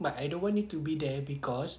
but I don't want you to be there cause